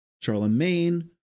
Charlemagne